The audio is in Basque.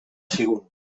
zigun